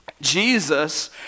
Jesus